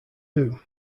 who